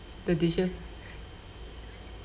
the dishes